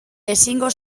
ezingo